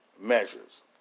measures